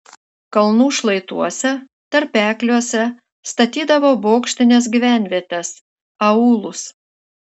kalnų šlaituose tarpekliuose statydavo bokštines gyvenvietes aūlus